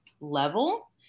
level